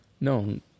No